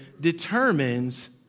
determines